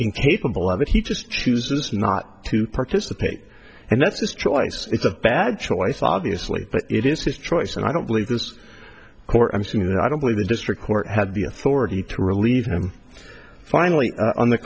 incapable of it he just chooses not to participate and that's the choice it's a bad choice obviously but it is his choice and i don't believe this court i'm saying that i don't believe the district court had the authority to relieve him finally on the